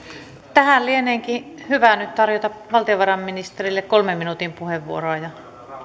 tähän lieneekin hyvä nyt tarjota valtiovarainministerille kolmen minuutin puheenvuoroa ja